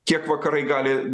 kiek vakarai gali